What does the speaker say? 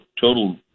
total